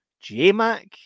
J-Mac